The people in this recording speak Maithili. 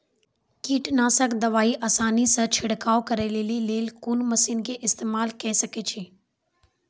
कीटनासक दवाई आसानीसॅ छिड़काव करै लेली लेल कून मसीनऽक इस्तेमाल के सकै छी?